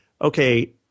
okay